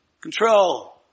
Control